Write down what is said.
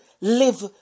live